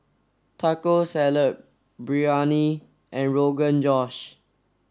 Taco Salad Biryani and Rogan Josh